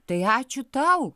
tai ačiū tau